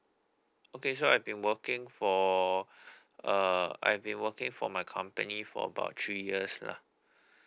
okay sure I've been working for uh I've been working for my company for about three years lah